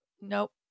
nope